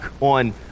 on